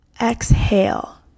Exhale